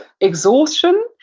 exhaustion